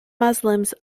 muslims